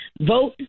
vote